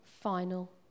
final